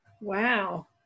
wow